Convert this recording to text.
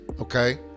okay